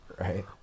Right